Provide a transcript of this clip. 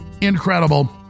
Incredible